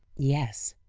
yes.